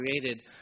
created